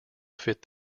fit